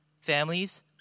families